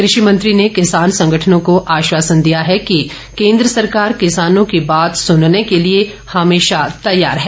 कृषि मंत्री ने किसान संगठनों को आश्वासन दिया है कि केन्द्र सरकार किसानों की बात सुनने के लिए हमेशा तैयार हैं